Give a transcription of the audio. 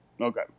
Okay